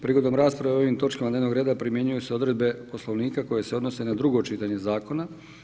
Prilikom rasprave o ovim točkama dnevnog reda, primjenjuju se odredbe poslovnika koje se odnose na drugo čitanje Zakona.